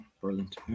brilliant